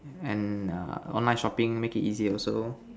and err online shopping make it easy also